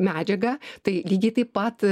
medžiagą tai lygiai taip pat